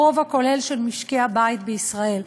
זה החוב הכולל של משקי-הבית בישראל.